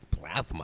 Plasma